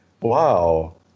wow